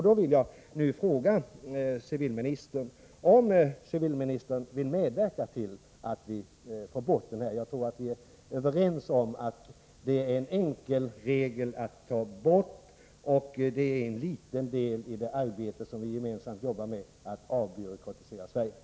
Jag vill fråga civilministern om civilministern vill medverka till att vi får bort den här regeln. Jag tror att vi är överens om att det är enkelt att ta bort denna regel. Det är en liten del av våra gemensamma strävanden att avbyråkratisera Sverige.